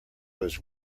was